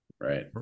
right